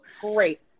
Great